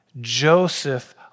Joseph